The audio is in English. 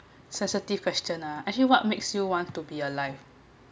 sensitive question ah actually what makes you want to be alive